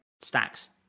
stacks